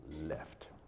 left